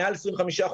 מעל 25%,